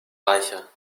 reicher